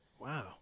Wow